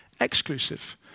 exclusive